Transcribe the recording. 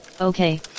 Okay